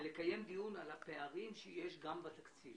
לקיים דיון על הפערים שיש בתקציב